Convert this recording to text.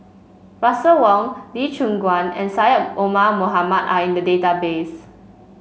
Russel Wong Lee Choon Guan and Syed Omar Mohamed are in the database